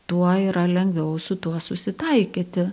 tuo yra lengviau su tuo susitaikyti